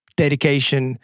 dedication